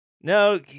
no